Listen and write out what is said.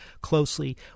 closely